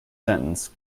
sentence